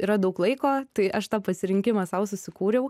yra daug laiko tai aš tą pasirinkimą sau susikūriau